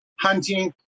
hunting